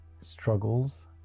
struggles